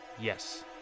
Yes